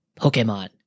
Pokemon